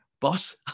boss